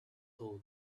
hole